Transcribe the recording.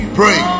pray